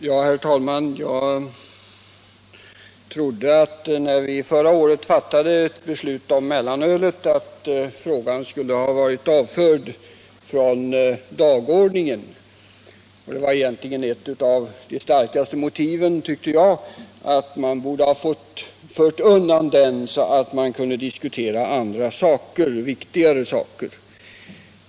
Herr talman! Jag trodde, när vi förra året fattade ett beslut om mellanölet, att frågan skulle vara avförd från dagordningen. Ett av de starkaste motiven tyckte jag egentligen var att man borde föra undan den så att man kunde diskutera andra viktigare saker.